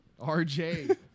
RJ